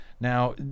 Now